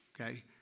okay